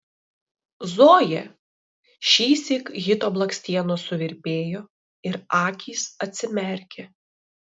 zoja šįsyk hito blakstienos suvirpėjo ir akys atsimerkė